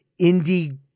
indie